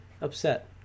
upset